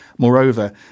Moreover